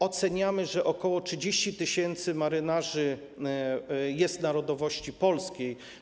Oceniamy, że ok. 30 tys. marynarzy jest narodowości polskiej.